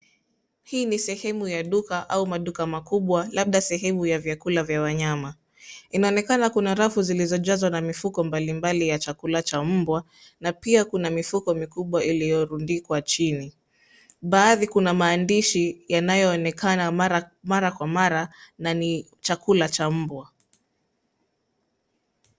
Hii ni sehemu ya duka au maduka makubwa labda sehemu ya vyakula vya wanyama. Inaonekana kuna rafu ziliojazwa na mifuko mbalimbali ya chakula cha mbwa na pia kuna mifuko mikubwa iliyorundikwa chini. Baadhi kuna maandishi yanayoonekana mara kwa mara na ni chakula cha mbwa.